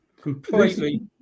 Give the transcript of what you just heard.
completely